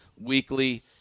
weekly